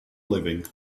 living